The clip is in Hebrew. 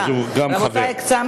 הוא גם חבר.